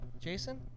Jason